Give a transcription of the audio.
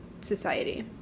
society